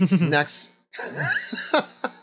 next